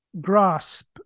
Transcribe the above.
grasp